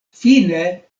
fine